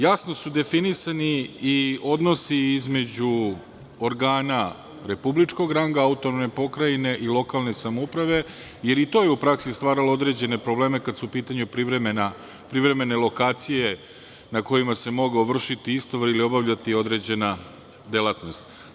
Jasno su definisani i odnosi između organa republičkog ranga, autonomne pokrajine i lokalne samouprave, jer i to je u praksi stvaralo određene probleme kada su u pitanju privremene lokacije na kojima se mogao vršiti istovar ili obavljati određena delatnost.